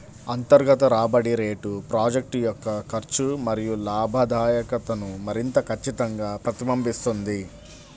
అంతర్గత రాబడి రేటు ప్రాజెక్ట్ యొక్క ఖర్చు మరియు లాభదాయకతను మరింత ఖచ్చితంగా ప్రతిబింబిస్తుంది